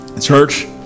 church